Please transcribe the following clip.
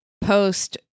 post